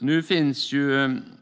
av den här typen.